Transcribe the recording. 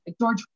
George